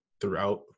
throughout